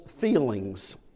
Feelings